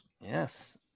Yes